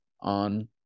on